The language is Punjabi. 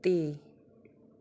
ਤੇ